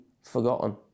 forgotten